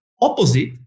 opposite